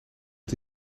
het